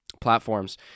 platforms